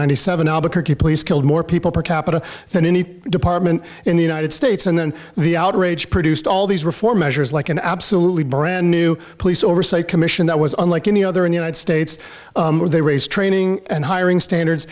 hundred seventy albuquerque police killed more people per capita than any department in the united states and then the outrage produced all these reform measures like an absolutely brand new police oversight commission that was unlike any other in united states where they raise training and hiring standards